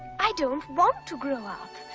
i don t want to grow up.